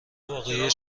واقعی